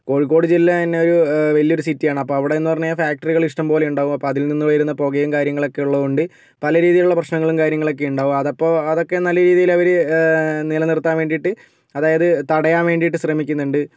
കോഴിക്കോട് ജില്ലതന്നെ ഒരു വലിയൊരു സിറ്റിയാണ് അപ്പം അവിടെയെന്നു പറഞ്ഞ് കഴിഞ്ഞാൽ ഫാക്ടറികൾ ഇഷ്ടംപോലെയുണ്ടാവും അപ്പോൾ അതിൽ നിന്ന് വരുന്ന പുകയും കാര്യങ്ങളും ഒക്കെ ഉള്ളതുകൊണ്ട് പല രീതിയിലുള്ള പ്രശ്നങ്ങളും കാര്യങ്ങളൊക്കെ ഉണ്ടാവും അത് അപ്പോൾ അതൊക്കെ നല്ല രീതിയിൽ അവർ നിലനിർത്താൻ വേണ്ടിയിട്ട് അതായത് തടയാൻ വേണ്ടിയിട്ട് ശ്രമിക്കുന്നുണ്ട്